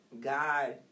God